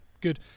Good